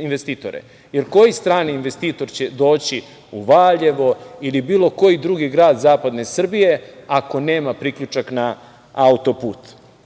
investitore, jer koji strani investitor će doći u Valjevo ili bilo koji drugi grad zapadne Srbije ako nema priključak na auto-put?